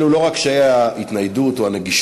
אלו לא רק קשיי ההתניידות או הנגישות,